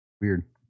Weird